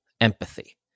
empathy